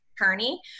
attorney